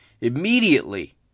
Immediately